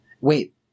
Wait